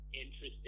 interesting